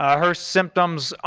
ah her symptoms,